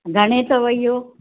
घणे अथव इहो